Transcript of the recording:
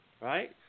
Right